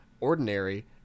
Ordinary